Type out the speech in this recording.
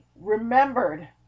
remembered